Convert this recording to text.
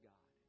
God